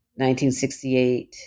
1968